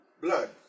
blood